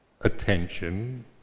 attention